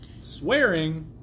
swearing